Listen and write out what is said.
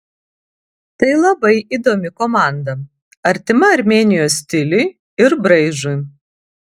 tai labai įdomi komanda artima armėnijos stiliui ir braižui